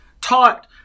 taught